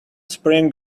spring